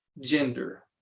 gender